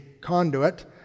conduit